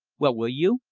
well, will you?